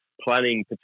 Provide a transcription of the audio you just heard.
planning